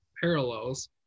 parallels